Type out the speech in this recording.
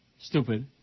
Stupid